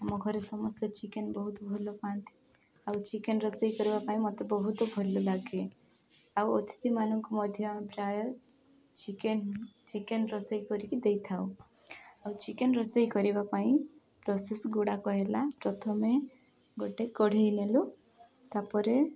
ଆମ ଘରେ ସମସ୍ତେ ଚିକେନ୍ ବହୁତ ଭଲ ପାଆନ୍ତି ଆଉ ଚିକେନ୍ ରୋଷେଇ କରିବା ପାଇଁ ମତେ ବହୁତ ଭଲ ଲାଗେ ଆଉ ଅତିଥି ମାନଙ୍କୁ ମଧ୍ୟ ଆମେ ପ୍ରାୟ ଚିକେନ୍ ଚିକେନ୍ ରୋଷେଇ କରିକି ଦେଇଥାଉ ଆଉ ଚିକେନ୍ ରୋଷେଇ କରିବା ପାଇଁ ପ୍ରସେସ୍ ଗୁଡ଼ାକ ହେଲା ପ୍ରଥମେ ଗୋଟେ କଢ଼େଇ ନେଲୁ ତା'ପରେ